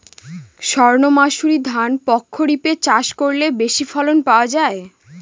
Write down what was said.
সর্ণমাসুরি ধান প্রক্ষরিপে চাষ করলে বেশি ফলন পাওয়া যায়?